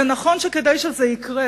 נכון שכדי שזה יקרה,